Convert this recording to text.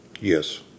Yes